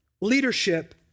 Leadership